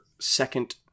second